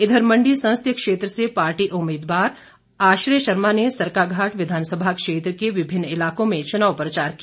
इधर मंडी संसदीय क्षेत्र से पार्टी उम्मीदवार आश्रय शर्मा ने सरकाघाट विधानसभा क्षेत्र के विभिन्न इलाकों में चुनाव प्रचार किया